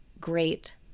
great